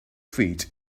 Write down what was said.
feet